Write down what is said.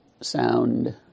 sound